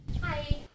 Hi